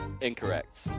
Incorrect